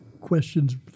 questions